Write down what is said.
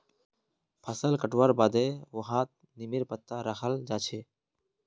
फसल कटवार बादे वहात् नीमेर पत्ता रखाल् जा छे